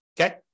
okay